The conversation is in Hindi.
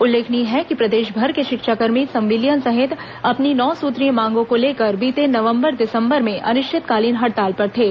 उल्लेखनीय है कि प्रदेशभर के शिक्षाकर्मी संविलियन सहित अपनी नौ सुत्रीय मांगों को लेकर बीते नवंबर दिसंबर में अनिश्चितकालीन हड़ताल पर थे